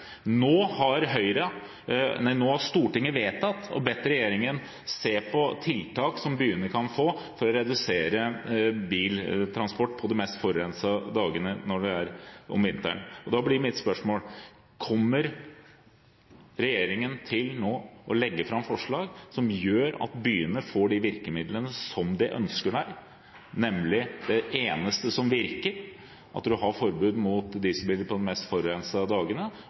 Nå har Stortinget vedtatt å be regjeringen se på tiltak som byene kan få for å redusere biltransport på de mest forurensede dagene om vinteren. Da blir mitt spørsmål: Kommer regjeringen til å legge fram forslag som gjør at byene får de virkemidlene som de ønsker seg, nemlig det eneste som virker, som er forbud mot dieselbiler på de mest forurensede dagene og omkjøringsmuligheter for tungtransport på de mest forurensede dagene?